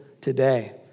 today